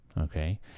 Okay